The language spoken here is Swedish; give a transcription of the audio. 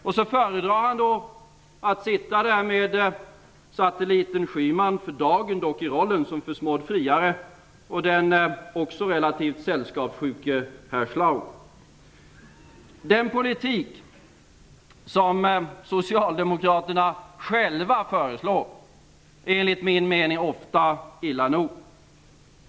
Ingvar Carlsson föredrar att sitta med satelliten Den politik som Socialdemokraterna själva föreslår är, enligt min mening, ofta illa nog.